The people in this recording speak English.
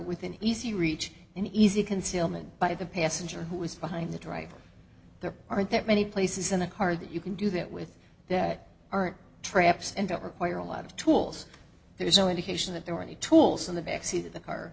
within easy reach and easy concealment by the passenger who was behind the driver there aren't that many places in the car that you can do that with that aren't traps and don't require a lot of tools there's no indication that there were any tools in the back seat of the car